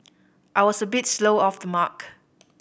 I was a bit slow off the mark